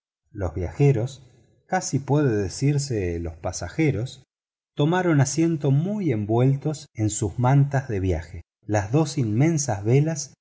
los viajeros casi puede decirse los pasajeros tomaron asiento muy envueltos en sus mantas de viaje las dos inmensas velas